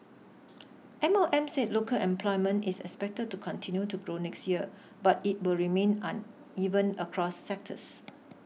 M O M said local employment is expected to continue to grow next year but it will remain uneven across sectors